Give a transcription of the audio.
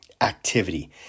activity